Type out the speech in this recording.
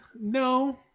no